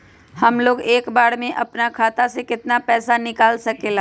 हमलोग एक बार में अपना खाता से केतना पैसा निकाल सकेला?